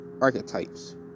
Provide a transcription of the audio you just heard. archetypes